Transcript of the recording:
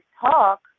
talk